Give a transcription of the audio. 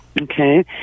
Okay